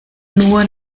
nur